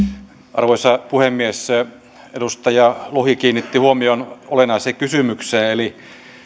arvoisa puhemies edustaja lohi kiinnitti huomion olennaiseen kysymykseen eli